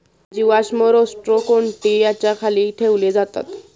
जीवाश्म रोस्ट्रोकोन्टि याच्या खाली ठेवले जातात